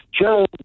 Joe